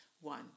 One